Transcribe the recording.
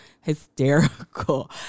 hysterical